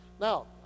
Now